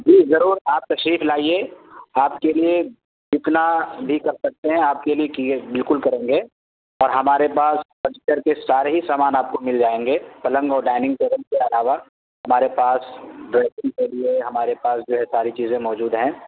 جی ضرور آپ تشریف لائیے آپ کے لیے جتنا بھی کر سکتے ہیں آپ کے لیے کیے بالکل کریں گے اور ہمارے پاس فرنیچر کے سارے ہی سامان آپ کو مل جائیں گے پلنگ اور ڈائننگ ٹیبل کے علاوہ ہمارے پاس ڈریسنگ کے لیے ہمارے پاس جو ہے ساری چیزیں موجود ہیں